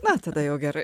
na tada jau gerai